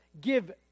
give